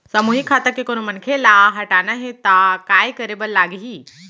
सामूहिक खाता के कोनो मनखे ला हटाना हे ता काय करे बर लागही?